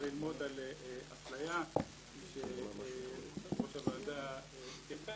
ללמוד על אפליה כפי שיושב-ראש הוועדה התייחס,